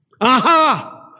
Aha